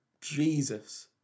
Jesus